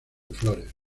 flores